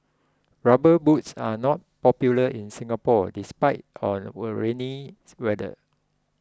rubber boots are not popular in Singapore despite our rainy weather